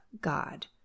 God